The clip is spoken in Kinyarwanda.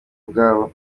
ubwabo